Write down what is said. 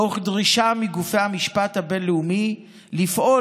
תוך דרישה מגופי המשפט הבין-לאומי לפעול